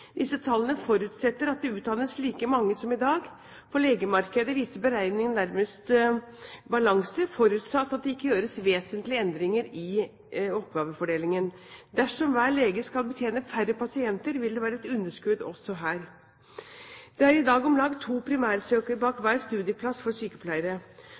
Disse tallene forutsetter at det utdannes like mange som i dag. For legemarkedet viser beregningene tilnærmet balanse, forutsatt at det ikke gjøres vesentlige endringer i oppgavefordelingen. Dersom hver lege skal betjene færre pasienter, vil det være et underskudd også her. Det er i dag om lag to primærsøkere bak hver studieplass for sykepleiere,